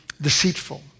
deceitful